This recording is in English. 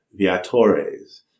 viatores